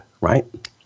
right